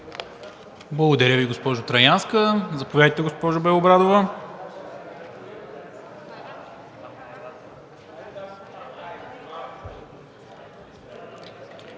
Благодаря Ви, госпожо Траянска. Заповядайте, госпожо Белобрадова.